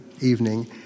evening